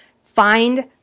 find